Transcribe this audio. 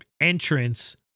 entrance